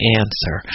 answer